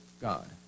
God